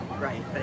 Right